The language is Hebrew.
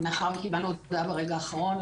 מאחר וקיבלנו את ההודעה ברגע האחרון,